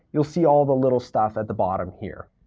you'll see all the little stuff at the bottom here.